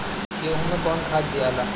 गेहूं मे कौन खाद दियाला?